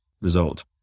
result